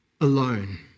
alone